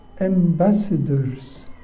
ambassadors